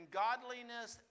godliness